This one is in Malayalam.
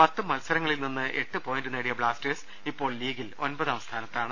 പത്ത് മത്സരങ്ങളിൽനിന്ന് എട്ട് പോയിന്റുനേടിയ ബ്ലാസ്റ്റേഴ്സ് ഇപ്പോൾ ലീഗിൽ ഒമ്പതാം സ്ഥാനത്താണ്